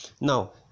now